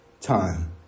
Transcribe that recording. time